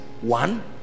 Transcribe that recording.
One